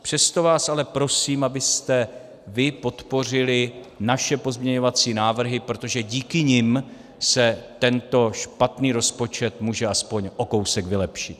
Přesto vás ale prosím, abyste vy podpořili naše pozměňovací návrhy, protože díky nim se tento špatný rozpočet může aspoň o kousek vylepšit.